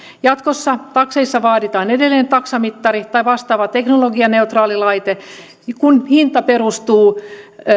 jatkossa takseissa vaaditaan edelleen taksamittari tai vastaava teknologianeutraali laite kun hinta perustuu